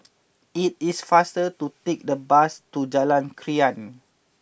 it is faster to take the bus to Jalan Krian